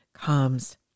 comes